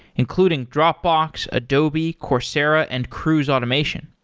including dropbox, adobe, coursera and cruise automation.